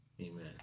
Amen